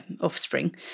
offspring